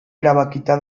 erabakita